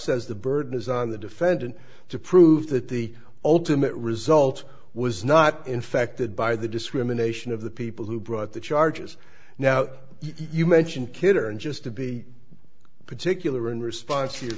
says the burden is on the defendant to prove that the ultimate result was not infected by the discrimination of the people who brought the charges now you mention kidder and just to be particular in response